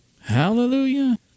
Hallelujah